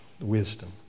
Wisdom